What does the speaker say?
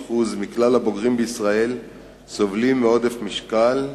מ-30% מכלל הבוגרים בישראל סובלים מעודף משקל,